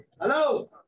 Hello